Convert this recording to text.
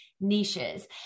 niches